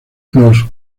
los